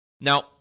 Now